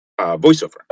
voiceover